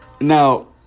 Now